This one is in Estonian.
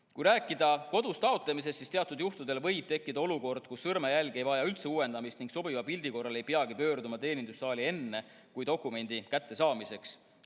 Kui rääkida kodus taotlemisest, siis teatud juhtudel võib tekkida olukord, kus sõrmejäljed ei vaja üldse uuendamist ning sobiva pildi olemasolu korral ei peagi pöörduma teenindussaali enne kui dokumendi kättesaamiseks.